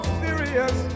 serious